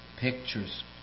pictures